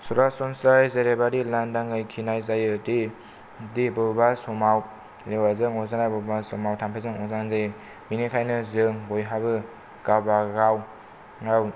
सरासनस्रायै जेरैबायदि लांदाङै खिनाय जायो दि दि बबेबा समाव बेमाजों अरजानाय मानसिफ्रा थाम्फैजों अरजानाय जायो बिनिखायनो जों बयहाबो गावबा गावआव